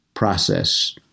process